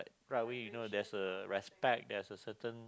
right away you know there's a respect there's a certain